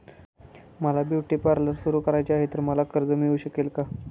मला beauty parlour सुरू करायचे आहे तर मला कर्ज मिळू शकेल का?